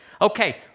Okay